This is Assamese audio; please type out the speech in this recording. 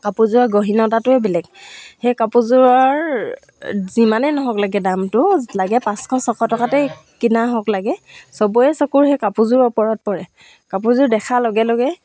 কাপোৰযোৰৰ গহীনতাটোৱে বেলেগ সেই কাপোৰযোৰৰ যিমানেই নহওক লাগে দামটো লাগে পাঁচশ ছশ টকাতেই কিনা হওক লাগে সবৰে চকুৰ সেই কাপোৰযোৰৰ ওপৰত পৰে কাপোৰযোৰ দেখাৰ লগে লগে